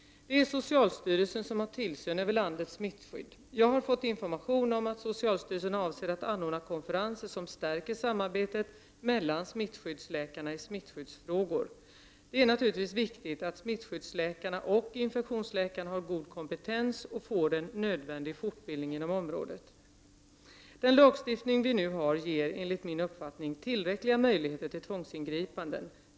Det är socialstyrelsen som har tillsyn över landets smittskydd. Jag har fått information om att socialstyrelsen avser att anordna konferenser, som stärker samarbetet mellan smittskyddsläkarna i smittskyddsfrågor. Det är naturligtvis viktigt att smittskyddsläkarna och infektionsläkarna har god kompetens och får en nödvändig fortbildning inom området. Den lagstiftning vi nu har ger, enligt min uppfattning, tillräckliga möjligheter till tvångsingripanden.